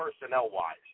personnel-wise